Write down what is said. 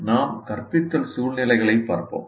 நாம் கற்பித்தல் சூழ்நிலைகளைப் பார்ப்போம்